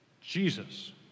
Jesus